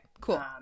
cool